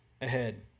ahead